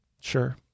sure